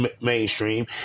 mainstream